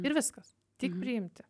ir viskas tik priimti